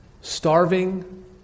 Starving